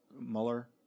Mueller